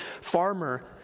farmer